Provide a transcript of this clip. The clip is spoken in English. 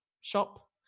shop